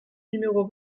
numéro